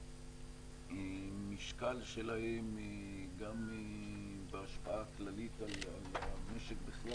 שהמשקל שלהם גם בהשפעה הכללית על המשק בכלל,